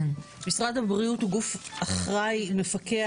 משרד הבריאות הוא גוף אחראי, מפקח.